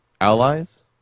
allies